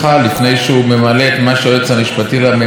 וצריך מישהו שילבין לו את הכול,